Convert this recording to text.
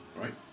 right